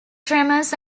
tremors